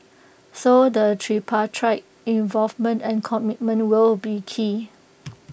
so the tripartite involvement and commitment will be key